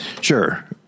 Sure